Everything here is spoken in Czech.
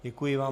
Děkuji vám.